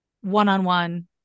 one-on-one